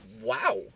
wow